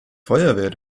feuerwehr